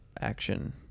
action